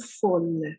full